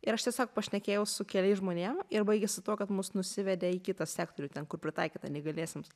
ir aš tiesiog pašnekėjau su keliais žmonėm ir baigėsi tuo kad mus nusivedė į kitą sektorių ten kur pritaikyta neįgaliesiems